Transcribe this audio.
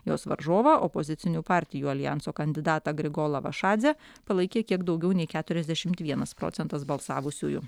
jos varžovą opozicinių partijų aljanso kandidatą grigolą vašadzę palaikė kiek daugiau nei keturiasdešimt vienas procentas balsavusiųjų